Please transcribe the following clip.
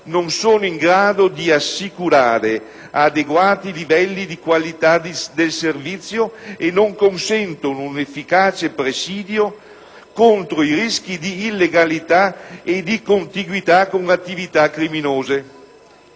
non sono in grado di assicurare adeguati livelli di qualità del servizio e non consentono un efficace presidio contro i rischi di illegalità e di contiguità con le attività criminose.